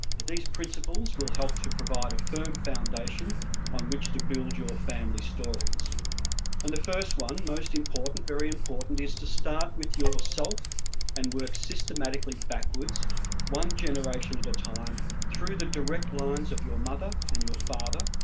these principles will help to provide a firm foundation on which to build your family stories and the first one most important very important is to start with yourself and work systematically backwards one generation at a time through the direct lines of your mother and your father,